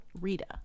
Rita